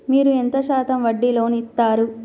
మీరు ఎంత శాతం వడ్డీ లోన్ ఇత్తరు?